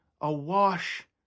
awash